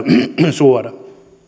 suoda